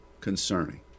concerning